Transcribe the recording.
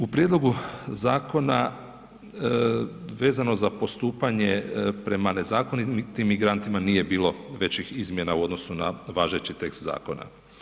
U prijedlogu zakona vezano za postupanje prema nezakonitim migrantima nije bilo većih izmjena u odnosu na važeći tekst zakona.